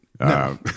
No